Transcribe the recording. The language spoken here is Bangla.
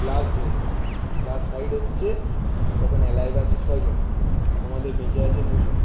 লাস্ট জোন লাস্ট ফাইট হচ্ছে তখন অ্যালাইভ আছে ছজন আমাদের বেঁচে আছে দুজন